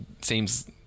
seems